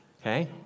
okay